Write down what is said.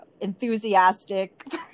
enthusiastic